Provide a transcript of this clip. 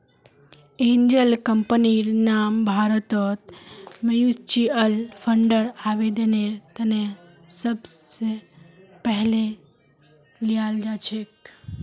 angel कम्पनीर नाम भारतत म्युच्युअल फंडर आवेदनेर त न सबस पहले ल्याल जा छेक